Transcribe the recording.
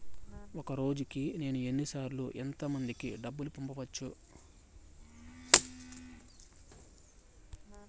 ఒక రోజుకి నేను ఎన్ని సార్లు ఎంత మందికి డబ్బులు పంపొచ్చు?